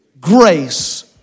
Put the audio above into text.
Grace